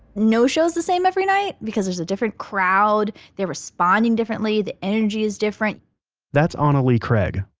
no show is the same every night because there's a different crowd, they're responding differently, the energy is different that's anna-lee craig,